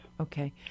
Okay